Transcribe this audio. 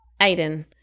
Aiden